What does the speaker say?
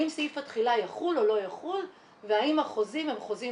האם סעיף התחילה יחול או לא יחול והאם החוזים הם חוזים